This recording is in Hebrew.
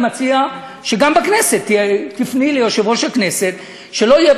אני מציע שגם בכנסת תפני ליושב-ראש הכנסת שלא יהיו